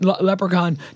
leprechaun